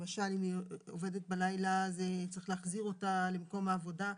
למשל אם היא עובדת בלילה אז צריך להחזיר אותה למקום העבודה.